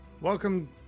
Welcome